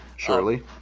Surely